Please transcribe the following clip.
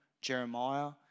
Jeremiah